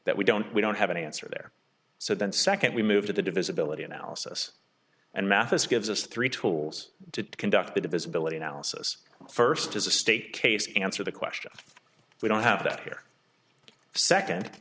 that we don't we don't have an answer there so then second we move to the divisibility analysis and mathis gives us three tools to conduct the divisibility analysis first is a state case answer the question we don't have that here second